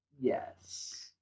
Yes